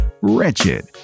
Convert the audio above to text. Wretched